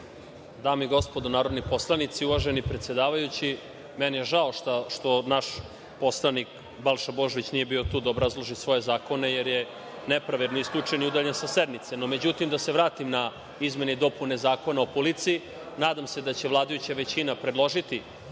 i gospodo narodni poslanici, uvaženi predsedavajući, meni je žao što naš poslanik Balša Božović nije bio tu da obrazloži svoje zakone, jer je nepravedno isključen i udaljen sa sednice.Međutim, da se vratim na izmene i dopune Zakona o policiji. Nadam se da će vladajuća većina predložiti